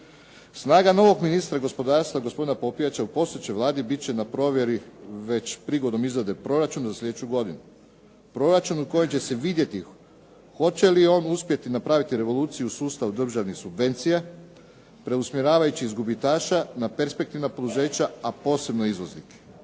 Snaga novog ministra gospodarstva gospodina Popijača u postojećoj Vladi bit će na provjeri već prigodom izrade proračuna za slijedeću godinu, proračunu u kojem će se vidjeti hoće li on uspjeti napraviti revoluciju u sustavu državnih subvencija preusmjeravajući s gubitaša na perspektivna poduzeća a posebno izvoznike.